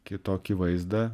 kitokį vaizdą